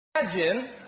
Imagine